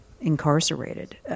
incarcerated